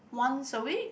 once a week